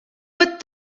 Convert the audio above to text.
but